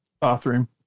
Bathroom